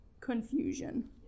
confusion